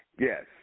yes